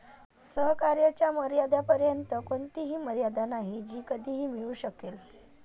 सहकार्याच्या मर्यादेपर्यंत कोणतीही मर्यादा नाही जी कधीही मिळू शकेल